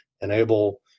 enable